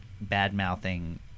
bad-mouthing